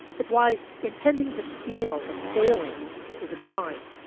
it's why intending to steal but failing is a crime.